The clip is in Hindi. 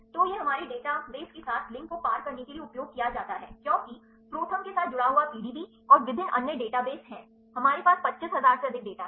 तो यह हमारे डेटाबेस के साथ लिंक को पार करने के लिए उपयोग किया जाता है क्योंकि ProThermसाथ जुड़ा हुआ PDB और विभिन्न अन्य डेटाबेस केहै हमारे पास 25000 से अधिक डेटा है